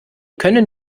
können